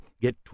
Get